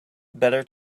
better